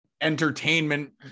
entertainment